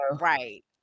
Right